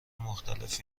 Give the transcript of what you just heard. مختلف